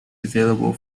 available